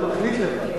הוא מחליט לבד.